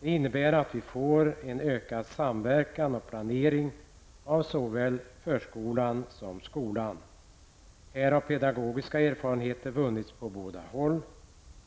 Det innebär att vi får en ökad samverkan och planering av såväl förskolan som skolan. Här har pedagogiska erfarenheter vunnits på båda håll.